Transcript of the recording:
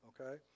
okay